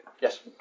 Yes